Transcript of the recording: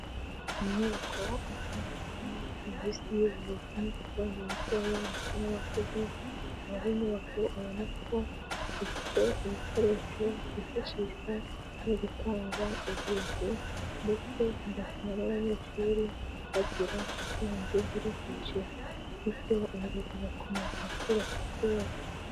Inyubako itangirwamo serivisi y'uburezi ku bana batoya ndetse n'abakuze, ikaba ari inyubako ubona ko ifite ibikoresho byifashishwa bari gutangwa uburezi, ndetse bigatuma n'abanyeshuri bagira ubwenge buri hejuru, bityo uburezi bugakomeza gukwira ku isi hose.